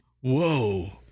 whoa